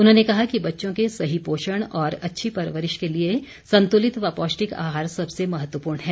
उन्होंने कहा कि बच्चों के सही पोषण और अच्छी परवरिश के लिए संतुलित व पौष्टिक आहार सबसे महत्वपूर्ण है